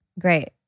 great